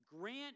grant